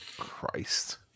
Christ